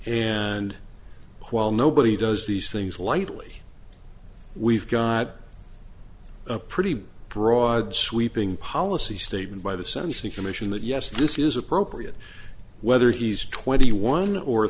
and while nobody does these things lightly we've got a pretty broad sweeping policy statement by the sun usually commission that yes this is appropriate whether he's twenty one or